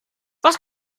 was